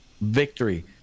victory